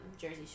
Jersey